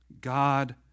God